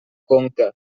conca